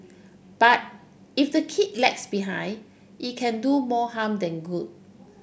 but if the kid lags behind it can do more harm than good